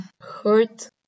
hurt